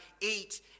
eat